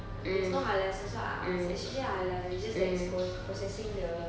there's no halal sign so I asked actually halal it's just that it's pro~ processing the